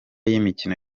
y’imikino